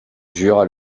jura